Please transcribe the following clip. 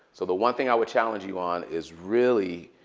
so the one thing i would challenge you on is really,